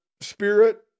spirit